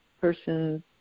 person